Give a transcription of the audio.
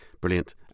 Brilliant